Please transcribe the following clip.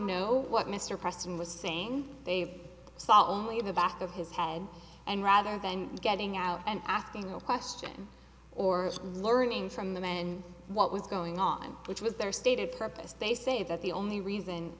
know what mr preston was saying they saw only the back of his head and rather than getting out and asking a question or learning from them and what was going on which was their stated purpose they say that the only reason